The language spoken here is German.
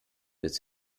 bis